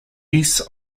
use